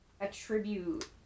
attribute